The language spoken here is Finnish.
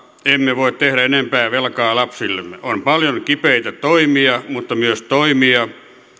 emme voi tehdä enempää velkaa lapsillemme on paljon kipeitä toimia mutta myös toimia